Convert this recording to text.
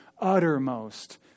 uttermost